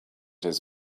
his